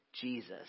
Jesus